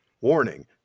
Warning